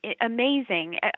amazing